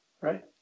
Right